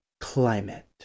climate